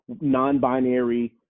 non-binary